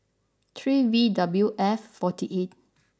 three V W F forty eight